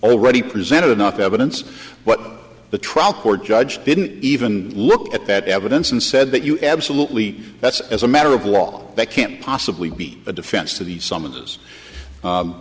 already presented enough evidence but the trial court judge didn't even look at that evidence and said that you absolutely that's as a matter of law that can't possibly be a defense to the summonses